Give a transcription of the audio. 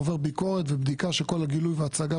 הוא עובר ביקורת ובדיקה שכל הגילוי וההצגה